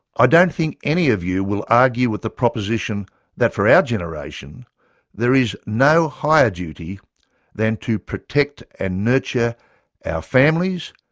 ah don't think any of you will argue with the proposition that for our generation there is no higher duty then to protect and nurture our families,